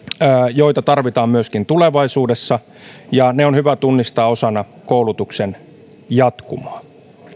joita tarvitaan myöskin tulevaisuudessa ja ne on hyvä tunnistaa osana koulutuksen jatkumoa